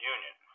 Union